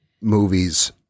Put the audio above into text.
movies